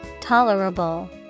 Tolerable